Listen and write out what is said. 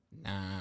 Nah